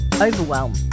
overwhelm